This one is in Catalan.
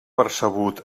percebut